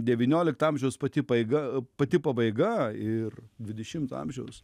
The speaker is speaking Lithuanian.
devyniolikto amžiaus pati paeig pati pabaiga ir dvidešimto amžiaus